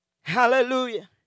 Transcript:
Hallelujah